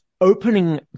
opening